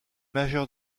majeur